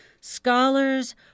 scholars